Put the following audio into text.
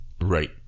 Right